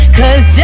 cause